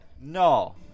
No